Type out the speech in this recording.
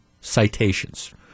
citations